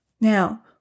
Now